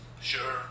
Sure